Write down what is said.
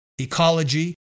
ecology